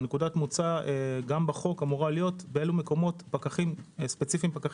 נקודת המוצא גם בחוק אמורה להיות באילו מקומות פקחים יכולים